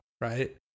right